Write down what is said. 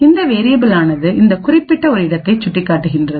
இந்த வேரியபில் ஆனது இந்த குறிப்பிட்டஒரு இடத்தை சுட்டிக்காட்டுகிறது